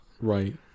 right